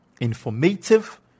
informative